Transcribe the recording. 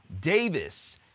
Davis